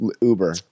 uber